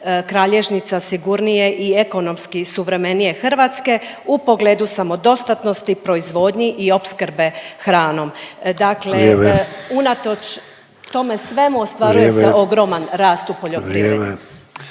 kralježnica sigurnije i ekonomski suvremenije Hrvatske u pogledu samodostatnosti, proizvodnji i opskrbe hranom. Dakle, … …/Upadica Ante Sanader: Vrijeme./…